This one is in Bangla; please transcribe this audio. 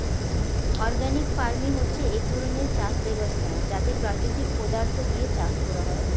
অর্গানিক ফার্মিং হচ্ছে এক ধরণের চাষ ব্যবস্থা যাতে প্রাকৃতিক পদার্থ দিয়ে চাষ করা হয়